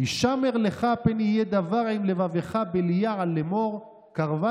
"השמר לך פן יהיה דבר עם לבבך בליעל לאמר קרבה